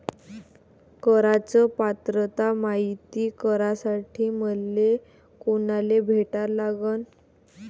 कराच पात्रता मायती करासाठी मले कोनाले भेटा लागन?